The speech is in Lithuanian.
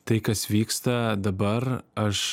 tai kas vyksta dabar aš